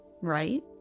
right